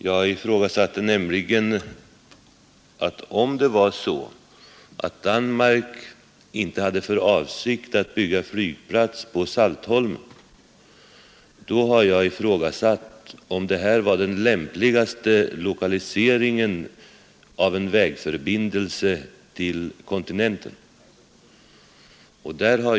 Jag sade nämligen att om Danmark inte hade för avsikt att bygga flygplats på Saltholm, då har jag ifrågasatt, om det här var den lämpligaste lokaliseringen av en vägförbindelse till kontinenten.